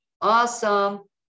awesome